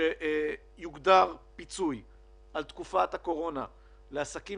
שיוגדר פיצוי על תקופת הקורונה לעסקים